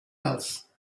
else